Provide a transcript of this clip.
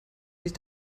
sich